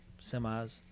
semis